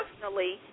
personally